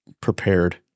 prepared